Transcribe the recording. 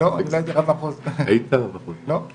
לא לא